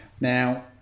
Now